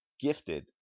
Gifted